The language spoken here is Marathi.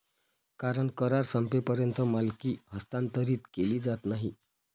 कारण करार संपेपर्यंत मालकी हस्तांतरित केली जात नाही